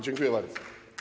Dziękuję bardzo.